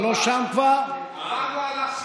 אנחנו כבר לא שם.